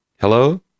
Hello